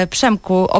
Przemku